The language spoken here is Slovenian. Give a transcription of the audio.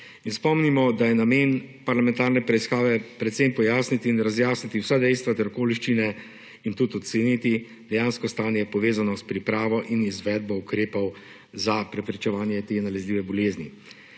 Spomnimo, da je namen parlamentarne preiskave predvsem pojasniti in razjasniti vsa dejstva ter okoliščine in tudi oceniti dejansko stanje, povezano s pripravo in izvedbo ukrepov za preprečevanje te nalezljive bolezni.